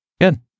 Good